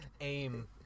AIM